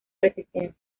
resistencia